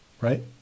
right